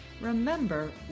remember